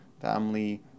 family